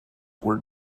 were